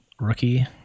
rookie